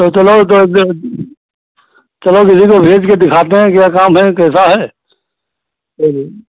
तो चलो दस दस चलो किसी को भेज के दिखाते हैं कितना काम है कैसा है देख लेंगे